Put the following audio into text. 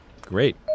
Great